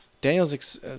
Daniel's